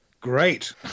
Great